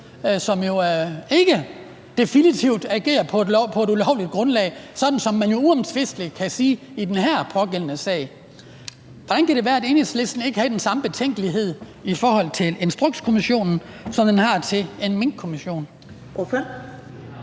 der jo ikke definitivt blev ageret på et ulovligt grundlag, sådan som man jo uomtvistelig kan sige det er tilfældet i den her sag? Hvordan kan det være, at Enhedslisten ikke havde den samme betænkelighed i forhold til Instrukskommissionen, som den har til en minkkommission?